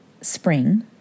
spring